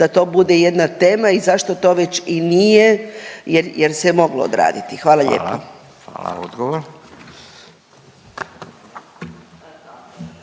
da to bude jedna tema i zašto to već i nije jer se je moglo odraditi. Hvala lijepo. **Radin, Furio